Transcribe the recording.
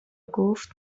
گفت